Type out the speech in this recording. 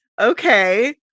Okay